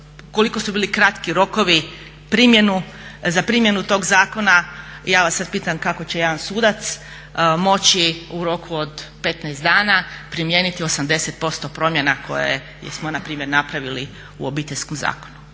koliko su bili kratki rokovi za primjenu tog zakona i ja vas sad pitam kako će jedan sudac moći u roku od 15 dana primijeniti 80% promjena koje smo npr. napravili u Obiteljskom zakonu.